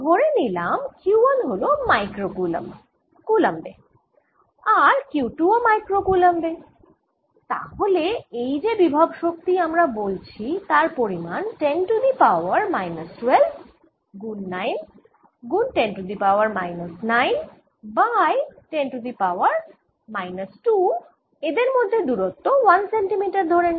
ধরে নিলাম Q1 হল মাইক্রো কুলম্ব এ আর Q2 ও মাইক্রো কুলম্ব এ তাহলে এই যে বিভব শক্তি আমরা বলছি তার পরিমাণ 10 টু দি পাওয়ার মাইনাস 12 গুন 9 গুণ 10 to the power 9 by 10 to the power minus 2 এদের মধ্যে দূরত্ব 1 সেন্টিমিটার ধরে নিয়ে